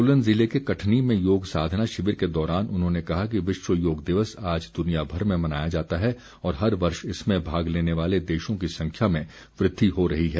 सोलन जिले के कठनी में योग साधना शिविर के दौरान उन्होंने कहा कि विश्व योग दिवस आज दुनियाभर में मनाया जाता है और हर वर्ष इसमें भाग लेने वाले देशों की संख्या में वृद्धि हो रही है